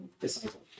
Disciple